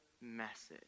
message